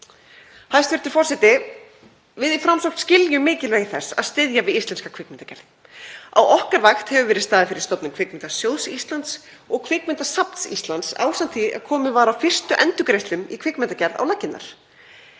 Hæstv. forseti. Við í Framsókn skiljum mikilvægi þess að styðja við íslenska kvikmyndagerð. Á okkar vakt hefur verið staðið fyrir stofnun Kvikmyndasjóðs Íslands og Kvikmyndasafns Íslands ásamt því að komið var á fyrstu endurgreiðslum í kvikmyndagerð. Sagan